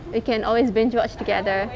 we always binge watch together